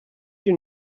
you